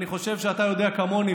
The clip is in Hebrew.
אני חושב שאתה יודע כמוני,